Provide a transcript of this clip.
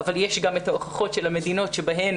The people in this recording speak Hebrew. אבל יש גם את ההוכחות של המדינות שבהן